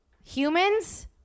Humans